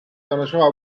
دانشگاه